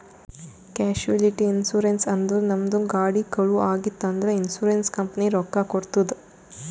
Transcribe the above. casualty insurance ಅಂದುರ್ ನಮ್ದು ಗಾಡಿ ಕಳು ಆಗಿತ್ತ್ ಅಂದ್ರ ಇನ್ಸೂರೆನ್ಸ್ ಕಂಪನಿ ರೊಕ್ಕಾ ಕೊಡ್ತುದ್